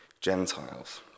Gentiles